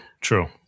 True